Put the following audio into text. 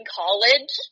college